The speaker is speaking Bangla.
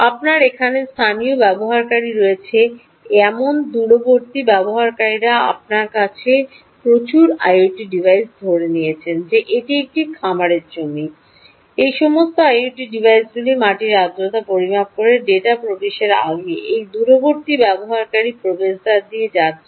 আপনার এখানে স্থানীয় ব্যবহারকারী রয়েছে এমন দূরবর্তী ব্যবহারকারীরা আপনার কাছে প্রচুর আইওটি ডিভাইস ধরে নিয়েছে যে এটি একটি খামার জমি এই সমস্ত আইওটি ডিভাইসগুলি মাটির আর্দ্রতা পরিমাপ করছে এবং ডেটা প্রবেশের আগে এই দূরবর্তী ব্যবহারকারীর প্রবেশদ্বার দিয়ে যাচ্ছে